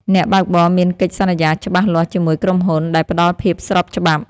អ្នកបើកបរមានកិច្ចសន្យាច្បាស់លាស់ជាមួយក្រុមហ៊ុន ដែលផ្ដល់ភាពស្របច្បាប់។